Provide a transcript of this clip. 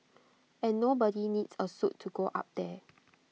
and nobody needs A suit to go up there